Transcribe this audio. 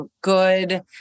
good